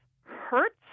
hurts